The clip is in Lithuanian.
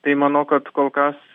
tai manau kad kol kas